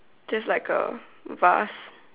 just like a vase